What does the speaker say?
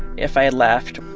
if i left,